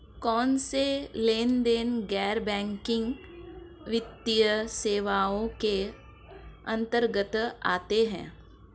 कौनसे लेनदेन गैर बैंकिंग वित्तीय सेवाओं के अंतर्गत आते हैं?